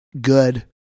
good